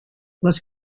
les